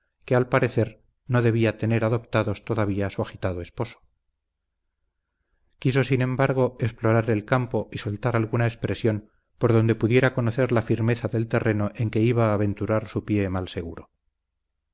que al parecer no debía tener adoptados todavía su agitado esposo quiso sin embargo explorar el campo y soltar alguna expresión por donde pudiera conocer la firmeza del terreno en que iba a aventurar su pie mal seguro